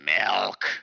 Milk